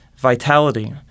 vitality